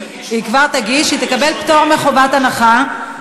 היא כבר תגיש והיא תקבל פטור מחובת הנחה,